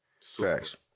Facts